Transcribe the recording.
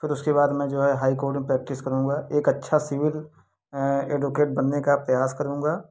फिर उसके बाद में जो है हाई कोर्ट में प्रैक्टिस करूंगा एक अच्छा सीबील एडवोकेट बनने का प्रयास करूंगा